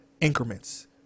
increments